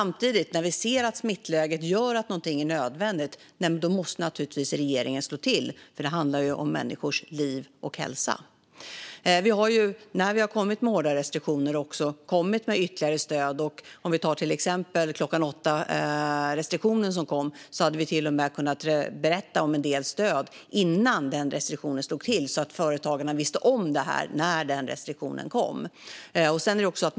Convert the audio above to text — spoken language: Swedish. Men när vi ser att smittläget gör att något är nödvändigt måste regeringen naturligtvis slå till, för det handlar om människors liv och hälsa. Vi har, när vi har kommit med hårda restriktioner, också kommit med ytterligare stöd. När det gäller till exempel klockan-åtta-restriktionen som kom hade vi till och med kunnat berätta om en del stöd innan restriktionen slog till, så att företagarna visste om det när restriktionen kom.